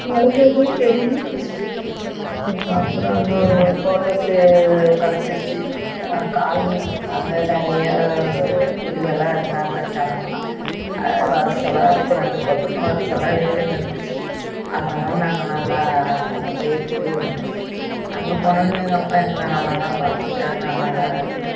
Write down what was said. அதெல்லாமே பெரிய கஷ்டம் அதுக்கப்புறம் அங்கே கோர்ட்டர்ஸ்ஸு கிடச்சிருச்சி காலனி அங்கே நிறையா ப குடியெல்லாம் இருந்தாங்க ஜனங்களெல்லாம் அது வரிசலா இருக்கும் ரெண்டு பக்கமும் வரிசலா வீடுங்க இருந்துச்சு அங்கேதான் நாங்கள் நல்லா அங்கே போய் குடி இருந்தோம் அங்கே போனோன்னே எங்கள் அப்பா எங்களை நல்லாதான் பார்த்துக்கிட்டாரு நல்லாதான் இருந்தோம்